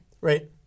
Right